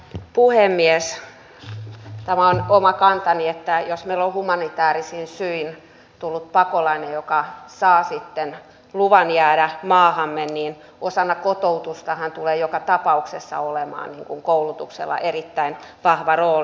tämä on oma kantani että jos meillä on humanitäärisin syin tullut pakolainen joka saa sitten luvan jäädä maahamme niin osana kotoutusta hänelle tulee joka tapauksessa olemaan koulutuksella erittäin vahva rooli